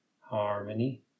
harmony